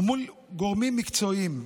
ומול גורמים מקצועיים.